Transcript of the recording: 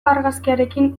argazkiarekin